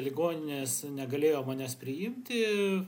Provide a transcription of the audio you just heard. ligoninės negalėjo manęs priimti